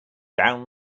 down